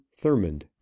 Thurmond